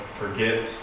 forget